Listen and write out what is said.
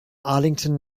arlington